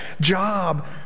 job